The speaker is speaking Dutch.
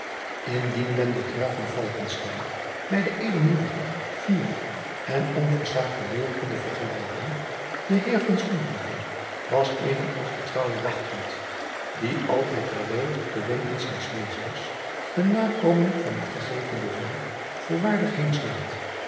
indien men den graaf van falckestein bij den edelmoedigen fieren en onversaagden leeuw konde vergelijken de heer van sonheuvel was even als de trouwe wachthond die altijd gereed op de wenken zijns meesters ter nakoming van het gegeven bevel